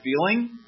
feeling